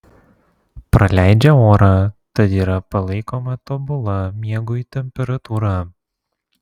praleidžią orą tad yra palaikoma tobula miegui temperatūra